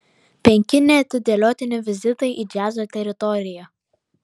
penki neatidėliotini vizitai į džiazo teritoriją